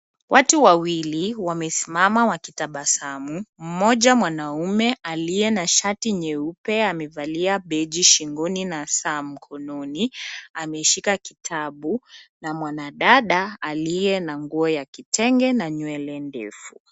watu wawili wamesimama wakitabasamu. Mmoja mwanaume aliye na shati nyeupe amevalia beji shingoni na saa mkononi. Ameshika kitabu na mwanadada aliye na nguo ya kitenge na nywele ndefu.